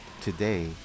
today